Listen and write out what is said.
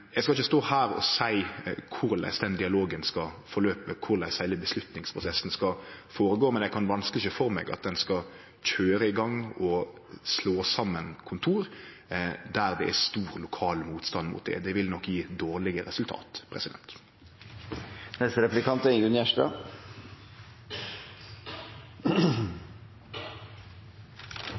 Eg skal ikkje stå her og seie korleis den dialogen skal skje, korleis heile avgjersleprosessen skal føregå, men eg kan vanskeleg sjå for meg at ein skal kjøre i gang og slå saman kontor der det er stor lokal motstand mot det. Det vil nok gje dårlege resultat. Representanten Rotevatn seier som sant er,